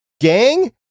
Gang